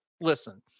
listen